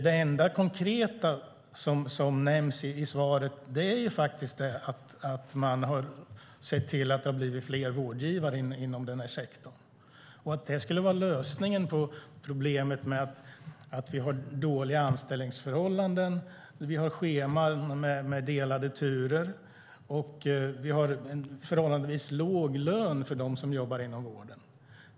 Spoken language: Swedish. Det enda konkreta som nämns i svaret är att man sett till att det blivit fler vårdgivare inom den sektorn och att det skulle vara lösningen på problemet med dåliga anställningsförhållanden - scheman med delade turer och förhållandevis låg lön för dem som jobbar inom vården.